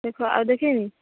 ଦେଖ ଆଉ ଦେଖେଇମି